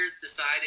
decided